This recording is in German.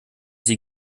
sie